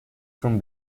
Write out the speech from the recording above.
from